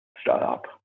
startup